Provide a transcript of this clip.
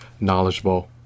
knowledgeable